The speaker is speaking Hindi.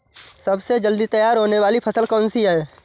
सबसे जल्दी तैयार होने वाली फसल कौन सी है?